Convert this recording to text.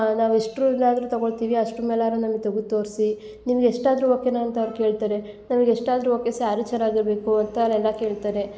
ನಾವು ಎಷ್ಟ್ರುನಾದರು ತಗೊಳ್ತೀವಿ ಅಷ್ಟ್ರು ಮೇಲಾರು ನಮಗೆ ತಗದು ತೋರಿಸಿ ನಿಮ್ಗೆ ಎಷ್ಟಾದರು ಓಕೆನ ಅಂತ ಅವ್ರು ಕೇಳ್ತಾರೆ ನಮಗೆ ಎಷ್ಟಾದರು ಓಕೆ ಸ್ಯಾರಿ ಚೆನ್ನಾಗಿರ್ಬೇಕು ಅಂತ ಅವರೆಲ್ಲ ಕೇಳ್ತಾರೆ